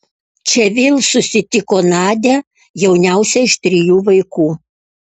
čia vėl susitiko nadią jauniausią iš trijų vaikų